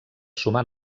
sumar